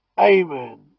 Amen